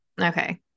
okay